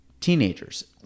teenagers